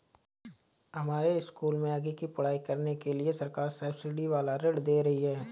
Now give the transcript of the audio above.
हमारे स्कूल में आगे की पढ़ाई के लिए सरकार सब्सिडी वाला ऋण दे रही है